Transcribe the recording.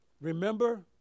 Remember